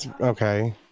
okay